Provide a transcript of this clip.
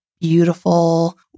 beautiful